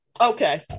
okay